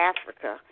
Africa